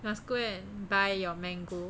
must go and buy your mango